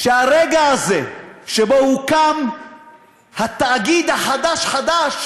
שהרגע הזה שבו הוקם התאגיד החדש חדש